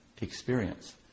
experience